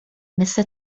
مثل